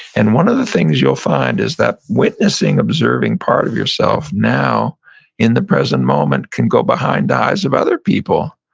and one of the things you'll find is that witnessing observing part of yourself now in the present moment can go behind the eyes of other people.